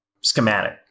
schematic